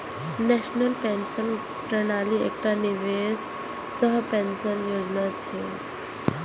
national pension प्रणाली एकटा निवेश सह पेंशन योजना छियै